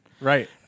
right